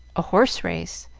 a horse-race,